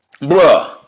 Bruh